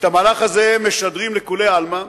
את המהלך הזה משדרים לכולי עלמא,